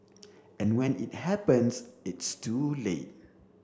and when it happens it's too late